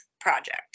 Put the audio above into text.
project